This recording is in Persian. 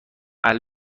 اهل